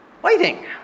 Waiting